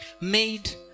made